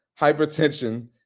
hypertension